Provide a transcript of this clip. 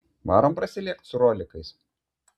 varom prasilėkt su rolikais